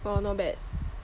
!wah! not bad